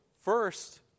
first